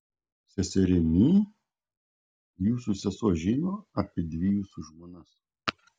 seserimi jūsų sesuo žino apie dvi jūsų žmonas